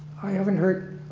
i haven't heard.